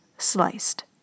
sliced